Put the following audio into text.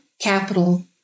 capital